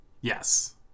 yes